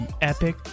epic